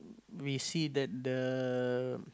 we see the the